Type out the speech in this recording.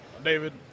David